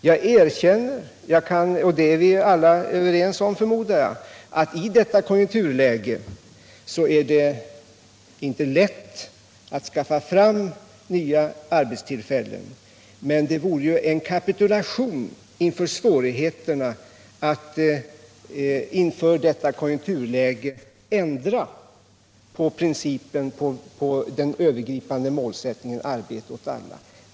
Jag erkänner — och det är vi alla överens om, förmodar jag — att i detta konjunkturläge är det inte lätt att skaffa fram nya arbetstillfällen. Men det vore en kapitulation inför svårigheterna och inför detta konjunkturläge att ändra på principen, den övergripande målsättningen, arbete åt alla.